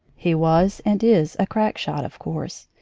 he was and is a crack shot, of course.